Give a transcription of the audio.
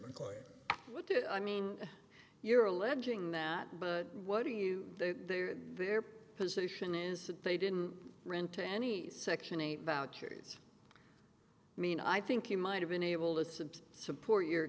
client what did i mean you're alleging that but what do you their position is that they didn't rent to any section eight vouchers i mean i think you might have been able to support your